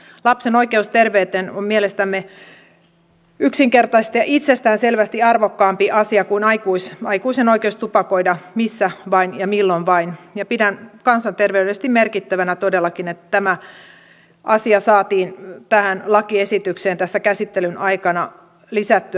lapsen oikeus terveyteen on mielestämme yksinkertaisesti ja itsestäänselvästi arvokkaampi asia kuin aikuisen oikeus tupakoida missä vain ja milloin vain ja pidän kansanterveydellisesti merkittävänä todellakin että tämä asia saatiin tähän lakiesitykseen tässä käsittelyn aikana lisättyä